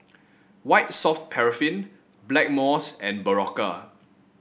White Soft Paraffin Blackmores and Berocca